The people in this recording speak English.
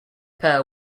pair